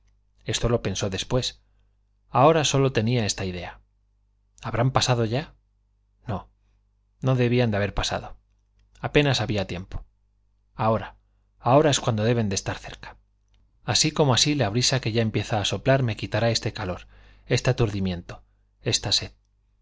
esto lo pensó después ahora sólo tenía esta idea habrán pasado ya no no debían de haber pasado apenas había tiempo ahora ahora es cuando deben de estar cerca así como así la brisa que ya empieza a soplar me quitará este calor este aturdimiento esta sed